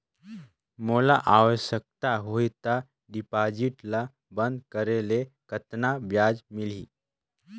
मोला आवश्यकता होही त डिपॉजिट ल बंद करे ले कतना ब्याज मिलही?